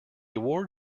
award